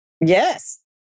Yes